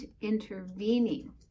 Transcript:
intervening